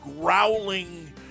growling